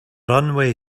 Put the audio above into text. runway